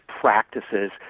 practices